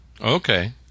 Okay